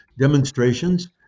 demonstrations